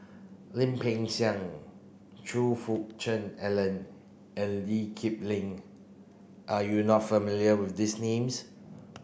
Lim Peng Siang Choe Fook Cheong Alan and Lee Kip Lin are you not familiar with these names